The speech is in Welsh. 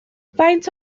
faint